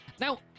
Now